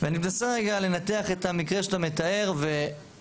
ואני מנסה רגע לנתח את המקרה שאתה מתאר ובאמת,